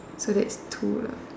so that's two lah